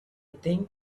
think